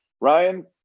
Ryan